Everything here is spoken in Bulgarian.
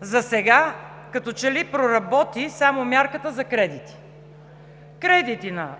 Засега, като че ли проработи само мярката за кредити – кредити на